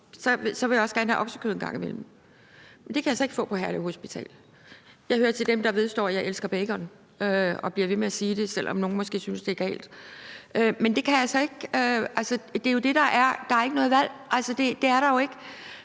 i min hverdag, have oksekød en gang imellem. Men det kan jeg så ikke få på Herlev Hospital. Jeg hører til dem, der vedstår, at jeg elsker bacon, og bliver ved med at sige det, selv om nogle måske synes, det er galt. Men det er jo det, der er med det: Der er ikke noget valg. Det er der jo ikke.